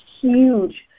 huge